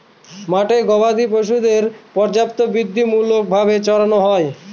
মাঠে গোবাদি পশুদের পর্যায়বৃত্তিমূলক ভাবে চড়ানো হয়